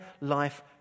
life